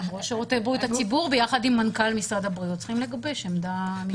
ראש שירותי בריאות הציבור ביחד עם מנכ"ל משרד הבריאות צריכים לגבש עמדה.